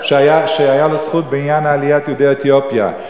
שהיתה לו זכות בעניין עליית יהודי אתיופיה.